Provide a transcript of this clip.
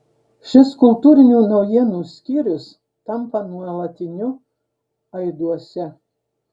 šis kultūrinių naujienų skyrius tampa nuolatiniu aiduose